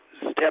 step